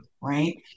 right